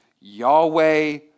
Yahweh